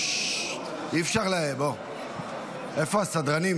איפה הסדרנים?